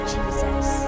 Jesus